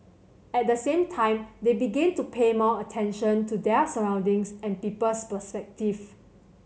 at the same time they begin to pay more attention to their surroundings and people's perspective